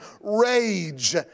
rage